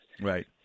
Right